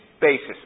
basis